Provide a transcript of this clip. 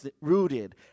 Rooted